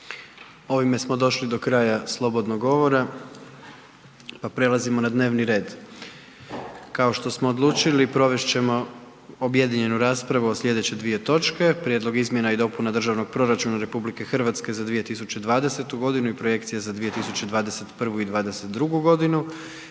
Hvala vam lijepa. **Jandroković, Gordan (HDZ)** Kao što smo odlučili, provest ćemo objedinjenu raspravu o sljedeće dvije točke: - Prijedlog Izmjena i dopuna Državnog proračuna Republike Hrvatske za 2020. godinu i projekcija za 2021. i 2022. godinu